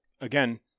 again